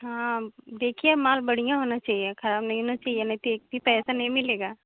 हाँ देखिए माल बढ़िया होना चाहिए ख़राब नहीं होना नहीं तो एक भी पैसा नहीं मिलेगा